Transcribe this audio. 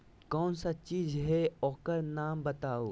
कौन सा चीज है ओकर नाम बताऊ?